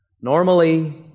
Normally